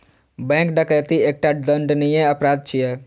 bank डकैती एकटा दंडनीय अपराध छियै